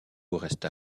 resta